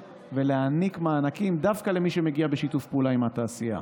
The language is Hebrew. ולהעניק מענקים דווקא למי שמגיע בשיתוף פעולה עם התעשייה.